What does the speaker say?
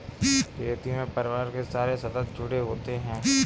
खेती में परिवार के सारे सदस्य जुड़े होते है